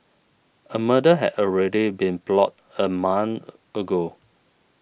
a murder had already been plotted a month ago